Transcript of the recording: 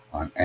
on